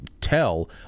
tell